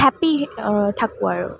happy থাকোঁ আৰু